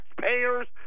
taxpayers